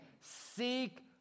seek